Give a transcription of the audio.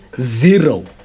zero